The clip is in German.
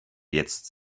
jetzt